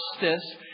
justice